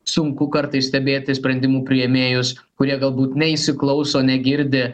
sunku kartais stebėti sprendimų priėmėjus kurie galbūt neįsiklauso negirdi